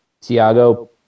Tiago